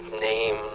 name